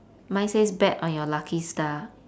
mine says bet on your lucky star